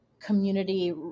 community